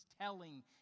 telling